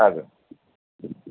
ଆଜ୍ଞା